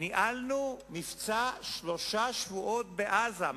ניהלנו מבצע שלושה שבועות בעזה.